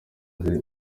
umwe